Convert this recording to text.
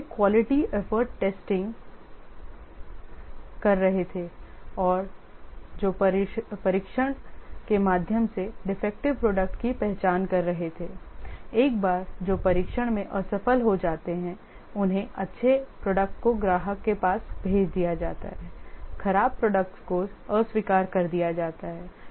प्रारंभिक quality effort testing कर रहे थे जो परीक्षण के माध्यम से डिफेक्टिव प्रोडक्ट की पहचान कर रहे थे एक बार जो परीक्षण में असफल हो जाते हैं उन्हें अच्छे प्रोडक्ट्सको ग्राहक के पास भेज दिया जाता है खराब प्रोडक्ट्स को अस्वीकार कर दिया जाता है